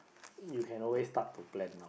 you can always start to plan